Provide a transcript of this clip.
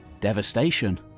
Devastation